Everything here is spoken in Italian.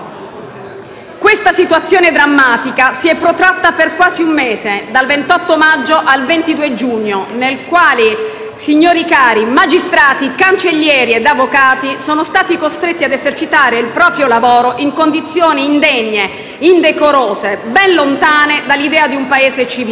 Questa situazione drammatica si è protratta per quasi un mese, dal 28 maggio al 22 giugno, durante il quale magistrati, cancellieri ed avvocati sono stati costretti ad esercitare il proprio lavoro in condizioni indegne ed indecorose, ben lontane dall'idea di un Paese civile.